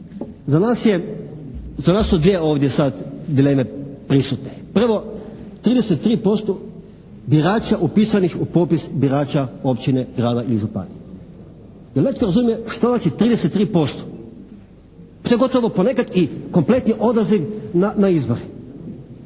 za nas su dvije ovdje sada dileme prisutne. Prvo, 33% birača upisanih u popis birača općine, grada i županije. Jel' netko razumije što znači 33%. To je gotovo ponekad i kompletni odaziv na izbore.